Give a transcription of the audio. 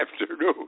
afternoon